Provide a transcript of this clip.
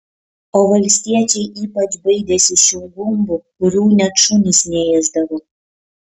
o valstiečiai ypač baidėsi šių gumbų kurių net šunys neėsdavo